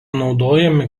naudojami